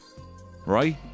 right